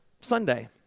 Sunday